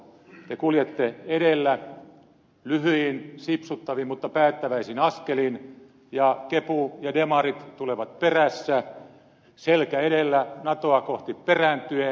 te kuljette edellä lyhyin sipsuttavin mutta päättäväisin askelin ja kepu ja demarit tulevat perässä selkä edellä natoa kohti perääntyen